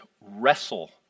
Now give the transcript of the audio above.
Wrestle